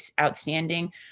outstanding